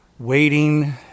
waiting